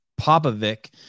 Popovic